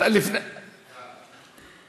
הוא נתן הרצאה.